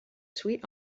sweet